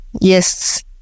Yes